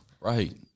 Right